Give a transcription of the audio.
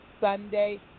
Sunday